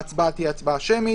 ההצבעה תהיה הצבעה שמית